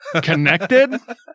connected